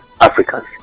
Africans